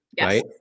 right